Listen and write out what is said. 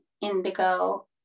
indigo